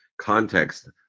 context